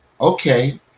okay